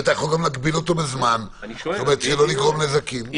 ואתה יכול גם להגביל אותו בזמן כדי לא לגרום נזקים.